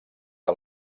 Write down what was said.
que